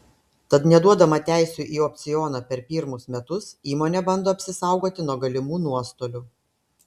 tad neduodama teisių į opcioną per pirmus metus įmonė bando apsisaugoti nuo galimų nuostolių